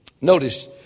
Notice